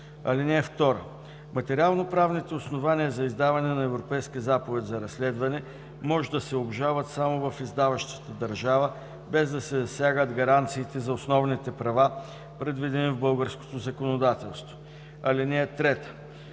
(2) Материалноправните основания за издаване на Европейска заповед за разследване може да се обжалват само в издаващата държава, без да се засягат гаранциите за основните права, предвидени в българското законодателство. (3)